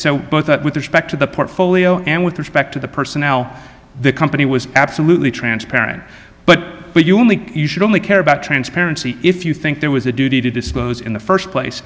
so both that with respect to the portfolio and with respect to the personnel the company was absolutely transparent but you only only care about transparency if you think there was a duty to disclose in the first place